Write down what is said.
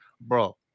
Bro